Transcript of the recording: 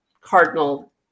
cardinal